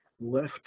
left